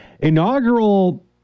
Inaugural